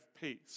peace